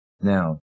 Now